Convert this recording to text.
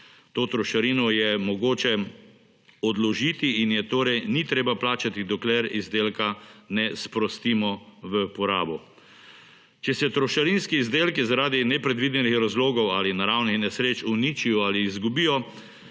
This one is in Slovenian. To trošarino je mogoče odložiti in je torej ni treba plačati dokler izdelka ne sprostimo v porabo. Če se trošarinski izdelki zaradi nepredvidenih razlogov ali naravnih nesreč uničijo ali izgubijo